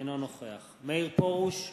אינו נוכח מאיר פרוש,